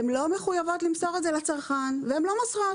הן לא מחויבות למסור את זה לצרכן והן לא מוסרות,